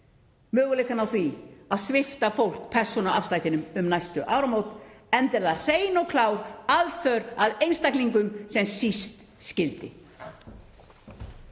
möguleikana á því að svipta fólk persónuafslættinum um næstu áramót, enda er það hrein og klár aðför að einstaklingum sem síst skyldi.